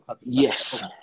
Yes